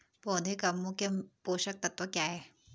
पौधें का मुख्य पोषक तत्व क्या है?